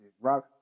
Rock